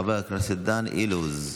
חבר הכנסת דן אילוז,